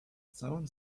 całym